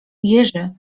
jerzy